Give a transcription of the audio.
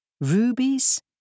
rubies